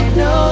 no